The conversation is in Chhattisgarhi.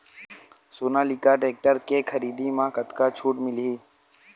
सोनालिका टेक्टर के खरीदी मा कतका छूट मीलही?